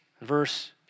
Verse